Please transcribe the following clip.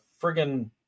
friggin